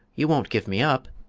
you won't give me up!